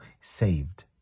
saved